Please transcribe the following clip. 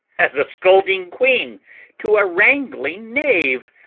as a scolding quean to a wrangling knave,